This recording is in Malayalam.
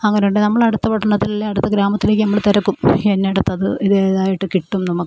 അങ്ങനെയുണ്ടെങ്കിൽ നമ്മളെ അടുത്ത പട്ടണത്തിൽ അല്ലെങ്കിൽ അടുത്ത ഗ്രാമത്തിലേക്ക് നമ്മൾ തിരക്കും ഇന്നയിടത്ത് അത് ഇത് ഏതായിട്ട് കിട്ടും നമുക്ക്